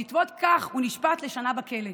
בעקבות זאת הוא נשפט לשנה בכלא.